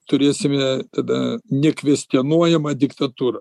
turėsime tada nekvestionuojamą diktatūrą